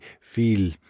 feel